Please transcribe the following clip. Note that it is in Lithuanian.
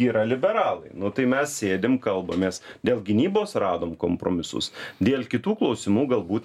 yra liberalai nu tai mes sėdim kalbamės dėl gynybos radom kompromisus dėl kitų klausimų galbūt